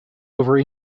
over